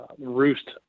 roost